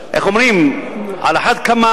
איך אומרים: "על אחת כמה